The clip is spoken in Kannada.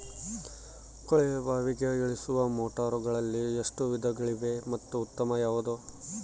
ಕೊಳವೆ ಬಾವಿಗೆ ಇಳಿಸುವ ಮೋಟಾರುಗಳಲ್ಲಿ ಎಷ್ಟು ವಿಧಗಳಿವೆ ಮತ್ತು ಉತ್ತಮ ಯಾವುದು?